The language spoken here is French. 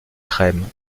crème